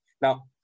Now